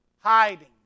Hiding